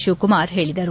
ಶಿವಕುಮಾರ್ ಹೇಳಿದರು